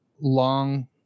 long